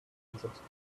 subscription